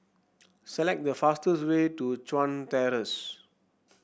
select the fastest way to Chuan Terrace